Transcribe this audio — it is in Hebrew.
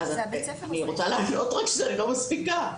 אני רוצה לענות רק שאני לא מספיקה.